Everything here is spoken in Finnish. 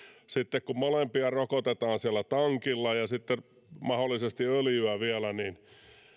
sitten molempia rokotetaan tankilla ja tulee mahdollisesti vielä